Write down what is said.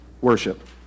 worship